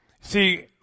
See